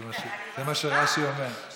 זה מה שרש"י אומר.